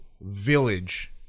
Village